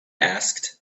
asked